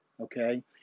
okay